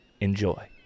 Enjoy